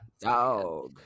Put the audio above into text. Dog